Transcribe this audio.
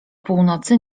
północy